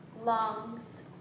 lungs